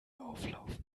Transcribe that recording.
auflauf